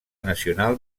nacional